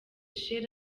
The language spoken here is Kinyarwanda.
chez